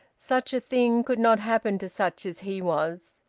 such a thing could not happen to such as he was.